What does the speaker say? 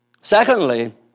Secondly